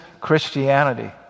Christianity